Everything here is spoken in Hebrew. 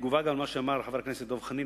כתגובה על מה שאמר חבר הכנסת דב חנין,